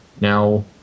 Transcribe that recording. Now